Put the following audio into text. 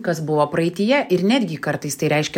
kas buvo praeityje ir netgi kartais tai reiškia